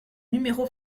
numéro